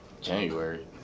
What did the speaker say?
january